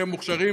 שהם מוכשרים,